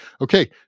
Okay